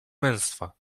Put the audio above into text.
męstwa